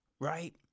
right